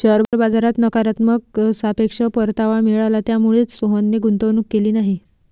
share बाजारात नकारात्मक सापेक्ष परतावा मिळाला, त्यामुळेच सोहनने गुंतवणूक केली नाही